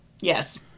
yes